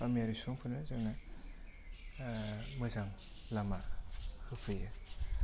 गामियारि सुबुंफोरनो जोङो मोजां लामा होफैयो